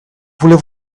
voulez